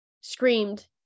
screamed